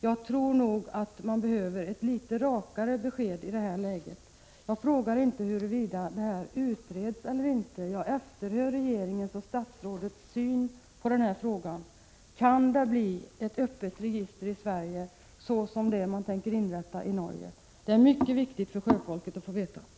Jag tror nog att man behöver ett något rakare besked i det här läget. Jag frågar inte huruvida detta utreds eller inte. Jag efterhör regeringens och statsrådets syn på frågan: Kan det bli ett öppet register i Sverige lika det som man tänker inrätta i Norge? Det är mycket viktigt för sjöfolket att få veta detta.